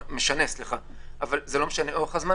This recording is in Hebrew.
אבל אורך הזמן לא משנה,